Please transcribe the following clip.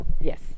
Yes